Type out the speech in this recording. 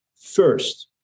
First